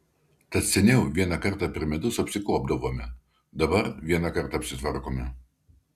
tad seniau vieną kartą per metus apsikuopdavome dabar vieną kartą apsitvarkome